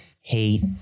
hate